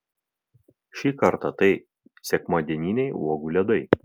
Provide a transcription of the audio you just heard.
šį kartą tai sekmadieniniai uogų ledai